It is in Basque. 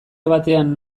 batean